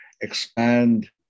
expand